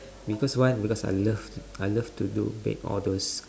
because one because I love to I love to do bake all those